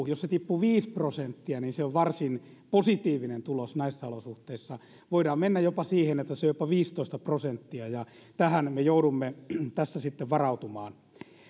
jos bruttokansantuote tippuu viisi prosenttia niin se on varsin positiivinen tulos näissä olosuhteissa voidaan mennä jopa siihen että se on jopa viisitoista prosenttia ja tähän me me joudumme tässä sitten varautumaan